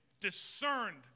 discerned